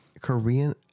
Korean